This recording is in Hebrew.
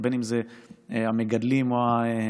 ובין אם זה המגדלים או המפטמים,